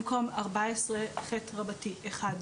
במקום "14ח(1)"